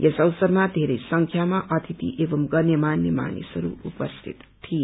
यस अवसरमा धेरै संख्यामा अतिथि एवम गण्यमान्य मानिसहरू उपस्थित थिए